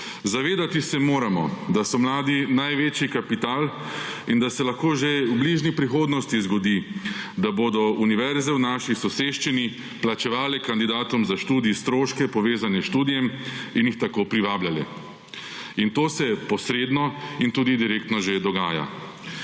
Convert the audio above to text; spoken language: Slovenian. Zavedati se moramo, da so mladi največji kapital in da se lahko že v bližnji prihodnosti **7. TRAK: (ŠZ) – 14.30** (nadaljevanje) zgodi, da bodo univerze v naši soseščini plačevale kandidatom za študij stroške povezane s študijem in jih tako privabljale. In to se posredno in tudi direktno že dogaja.